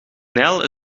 nijl